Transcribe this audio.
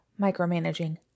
micromanaging